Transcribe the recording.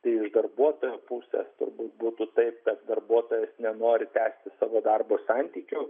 tai iš darbuotojo pusės turbūt būtų taip kad darbuotojas nenori tęsti savo darbo santykių